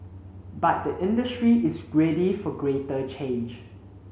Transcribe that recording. but the industry is ready for greater change